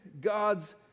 God's